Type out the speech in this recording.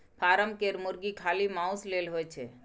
form केर मुरगी खाली माउस लेल होए छै